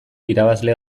irabazle